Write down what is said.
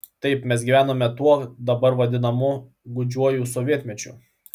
taip mes gyvenome tuo dabar vadinamu gūdžiuoju sovietmečiu